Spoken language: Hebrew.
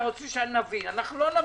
אתה רוצה שנבין אנחנו לא נבין.